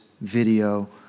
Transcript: video